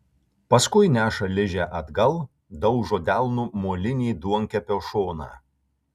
paskui neša ližę atgal daužo delnu molinį duonkepio šoną